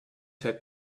had